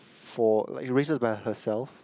for like she raised us by herself